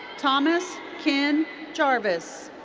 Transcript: thomas ken jarvis.